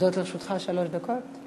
עומדות לרשותך שלוש דקות.